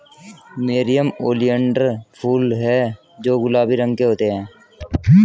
nerium oleander फूल हैं जो गुलाबी रंग के होते हैं